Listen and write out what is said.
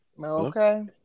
Okay